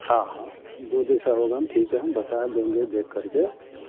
हाँ हाँ जो जैसा होगा हम ठीक है हम बता देंगे देख करके